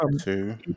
two